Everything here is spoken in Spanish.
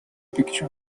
pictures